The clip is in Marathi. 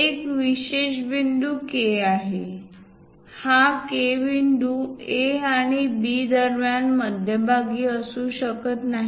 एक विशेष बिंदू K आहे हा K बिंदू A आणि B दरम्यान मध्यभागी असू शकत नाही